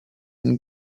and